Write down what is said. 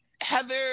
Heather